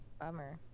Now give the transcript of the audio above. Bummer